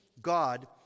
God